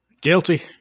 Guilty